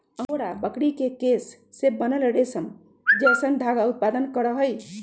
angora बकरी के केश से बनल रेशम जैसन धागा उत्पादन करहइ